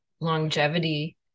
longevity